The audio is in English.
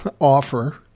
offer